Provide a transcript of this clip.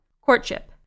Courtship